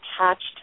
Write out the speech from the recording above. attached